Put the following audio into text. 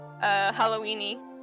Halloween-y